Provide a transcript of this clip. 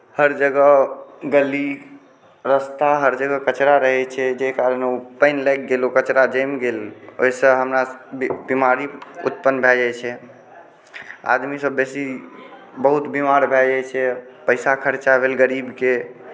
हर जगह गली रास्ता हर जगह कचड़ा रहै छै जाहि कारण पानि लागि गेल ओ कचड़ा जमि गेल ओहिसँ हमरा बीमारी उत्पन्न भए जाइ छै आदमी सभ बेसी बहुत बीमार भए जाइ छै पैसा खर्चा भेल गरीबके